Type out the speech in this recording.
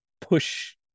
push